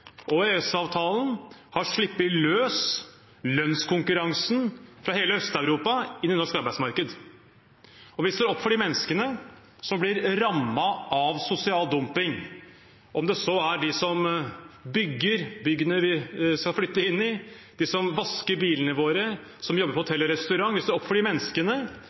har sluppet løs lønnskonkurransen fra hele Øst-Europa inn i norsk arbeidsmarked. Vi står opp for de menneskene som blir rammet av sosial dumping, enten det er de som bygger byggene vi skal flytte inn i, de som vasker bilene våre, eller de som jobber på hoteller og restauranter. Vi står opp for de menneskene.